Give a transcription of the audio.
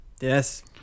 Yes